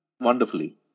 wonderfully